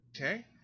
okay